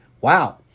Wow